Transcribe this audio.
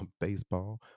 baseball